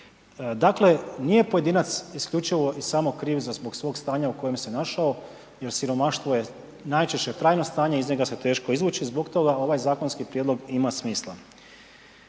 Dakle, nije pojedinac isključivo i samo kriv zbog svog stanja u kojem se našao jer siromaštvo je najčešće trajno stanje, iz njega se teško izvući, zbog toga ovaj zakonski prijedlog ima smisla.